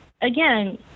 Again